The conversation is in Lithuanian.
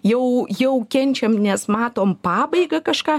jau jau kenčiam nes matom pabaigą kažką